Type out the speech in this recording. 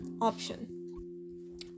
option